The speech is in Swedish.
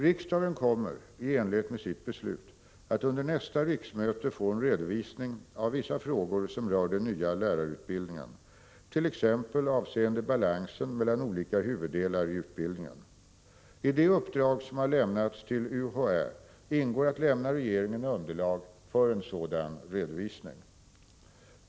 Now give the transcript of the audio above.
Riksdagen kommer i enlighet med sitt beslut att under nästa riksmöte få en redovisning av vissa frågor som rör den nya lärarutbildningen, t.ex. avseende balansen mellan olika huvuddelar i utbildningen. I det uppdrag som har lämnats till UHÄ ingår att lämna regeringen underlag för en sådan redovisning.